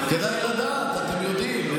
כדאי לדעת, אתם יודעים.